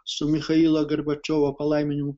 su michailo gorbačiovo palaiminimu